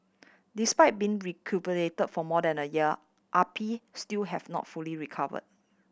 despite being recuperated for more than a year Ah Pi still have not fully recovered